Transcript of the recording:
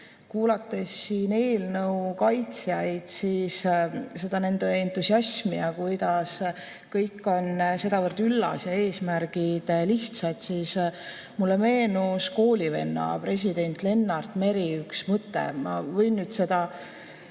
Kuulates siin eelnõu kaitsjaid, nende entusiasmi ja seda, kuidas kõik on sedavõrd üllas ja eesmärgid lihtsad, mulle meenus koolivenna, president Lennart Meri üks mõte. Ma võin nüüd